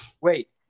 Wait